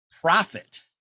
profit